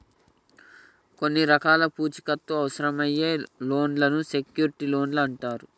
కొన్ని రకాల పూచీకత్తు అవసరమయ్యే లోన్లను సెక్యూర్డ్ లోన్లు అంటరు